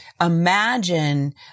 imagine